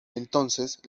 entonces